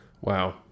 wow